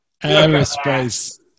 Aerospace